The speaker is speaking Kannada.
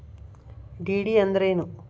ಡಿ.ಡಿ ಅಂದ್ರೇನು?